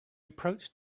approached